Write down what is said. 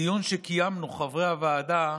בדיון שקיימנו חברי הוועדה,